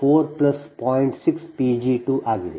6P g2 ಆಗಿದೆ